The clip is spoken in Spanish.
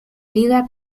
liga